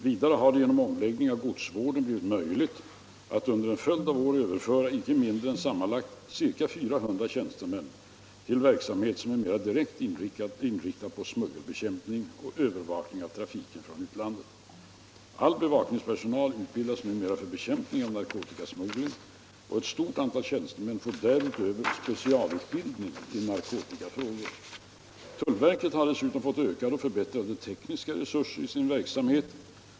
Vidare har det genom omläggning av godsvården blivit möjligt att under en följd av år överföra inte mindre än sammanlagt ca 400 tjänstemän till verksamhet som är mer direkt inriktad på smuggelbekämpning och övervakning av trafiken från utlandet. All bevakningspersonal utbildas numera för bekämpning av narkotikasmuggling och ett stort antal tjänstemän får därutöver specialutbildning i narkotikafrågor. Tullverket har dessutom fått ökade och förbättrade tekniska resurser i sin verksamhet.